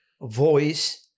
voice